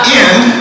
end